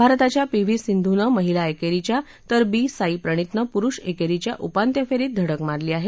भारताच्या P V सिंधूनं महिला एकेरीच्या तर बी साई प्रणीतनं पुरुष एकेरीच्या उपांत्य फेरीत धडक मारली आहे